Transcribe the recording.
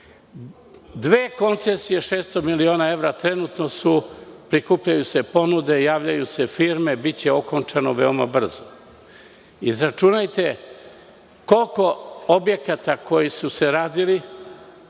koncesije, 600 miliona evra, trenutno se prikupljaju ponude, javljaju se firme, biće okončano veoma brzo. Izračunajte koliko objekata koji su se radili,